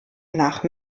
nach